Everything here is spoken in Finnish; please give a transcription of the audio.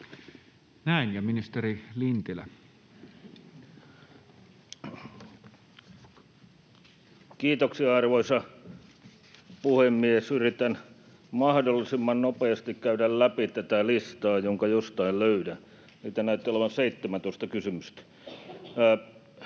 Näin. — Ja ministeri Lintilä. Kiitoksia, arvoisa puhemies! Yritän mahdollisimman nopeasti käydä läpi tätä listaa, jonka jostain löydän... Niitä näytti olevan 17 kysymystä.